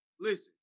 Listen